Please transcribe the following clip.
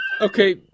okay